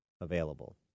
available